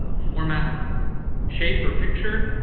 ah format shape or picture,